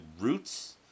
roots